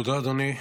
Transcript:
תודה, אדוני.